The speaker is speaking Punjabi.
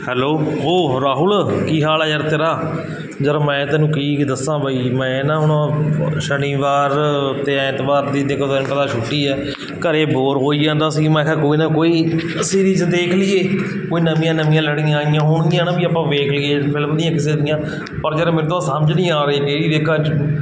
ਹੈਲੋ ਉਹ ਰਾਹੁਲ ਕੀ ਹਾਲ ਆ ਯਾਰ ਤੇਰਾ ਯਾਰ ਮੈਂ ਤੈਨੂੰ ਕੀ ਦੱਸਾਂ ਬਈ ਮੈਂ ਨਾ ਹੁਣ ਸ਼ਨੀਵਾਰ ਅਤੇ ਐਤਵਾਰ ਦੀ ਦੇਖੋ ਤੈਨੂੰ ਪਤਾ ਛੁੱਟੀ ਹੈ ਘਰ ਬੋਰ ਹੋਈ ਜਾਂਦਾ ਸੀ ਮੈਂ ਕਿਹਾ ਕੋਈ ਨਾ ਕੋਈ ਅਸੀਂ ਵੀ ਜੇ ਦੇਖ ਲਈਏ ਕੋਈ ਨਵੀਆਂ ਨਵੀਆਂ ਲੜੀਆਂ ਆਈਆਂ ਹੋਣਗੀਆਂ ਨਾ ਵੀ ਆਪਾਂ ਵੇਖ ਲਈਏ ਫਿਲਮ ਦੀਆਂ ਕਿਸੇ ਦੀਆਂ ਪਰ ਯਾਰ ਮੇਰੇ ਕੋਲ ਸਮਝ ਨਹੀਂ ਆ ਰਹੀ ਕਿਹੜੀ ਦੇਖਾਂ